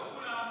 לא כולם.